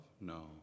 No